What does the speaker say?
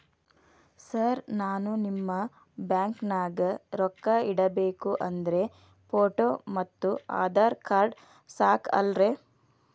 Sir ನಾನು ನಿಮ್ಮ ಬ್ಯಾಂಕನಾಗ ರೊಕ್ಕ ಇಡಬೇಕು ಅಂದ್ರೇ ಫೋಟೋ ಮತ್ತು ಆಧಾರ್ ಕಾರ್ಡ್ ಸಾಕ ಅಲ್ಲರೇ?